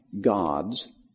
God's